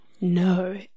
No